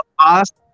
ask